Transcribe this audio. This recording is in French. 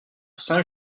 saint